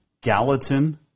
Gallatin